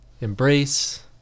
Embrace